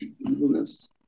Evilness